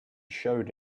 showed